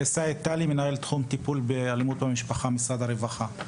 מנהל תחום טיפול באלימות במשפחה, משרד הרווחה.